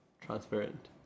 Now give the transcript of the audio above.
transparent